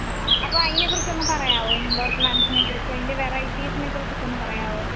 ആ അപ്പോൾ അതിനെ കുറിച്ച് ഒന്ന് പറയാമോ ഇൻഡോർ പ്ലാൻ്റസിനെ കുറിച്ച് അതിൻ്റെ വെറൈറ്റീസിനെ കുറിച്ചൊക്കെ ഒന്ന് പറയാമോ